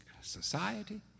society